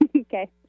Okay